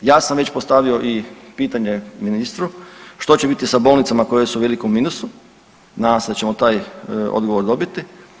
Ja sam već postavio i pitanje ministru što će biti sa bolnicama koje su u velikom minusu, nadam se da ćemo taj odgovor dobiti.